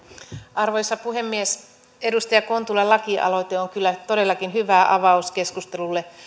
arvoisa puhemies edustaja kontulan lakialoite on kyllä todellakin hyvä avaus keskustelulle